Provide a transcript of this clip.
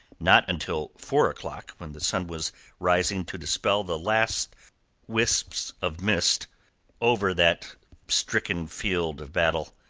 not until four o'clock, when the sun was rising to dispel the last wisps of mist over that stricken field of battle,